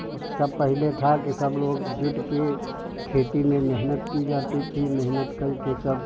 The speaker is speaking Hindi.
पर तब पहले था कि सब लोग जुटकर खेती में मेहनत की जाती थी मेहनत करके सब